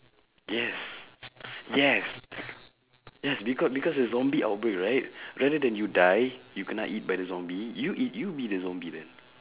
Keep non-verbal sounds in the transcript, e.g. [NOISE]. yes [BREATH] yes [BREATH] yes becau~ because a zombie outbreak right [BREATH] rather than you die you kana eat by the zombie you eat you be the zombie leh